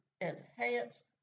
enhance